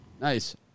Nice